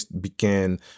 began